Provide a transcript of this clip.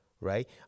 right